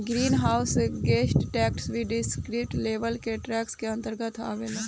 green house gas tax भी descriptive level के tax के अंतर्गत आवेला